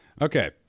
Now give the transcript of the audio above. Okay